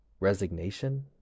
resignation